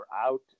Out